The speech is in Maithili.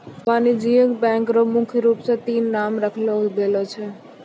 वाणिज्यिक बैंक र मुख्य रूप स तीन नाम राखलो गेलो छै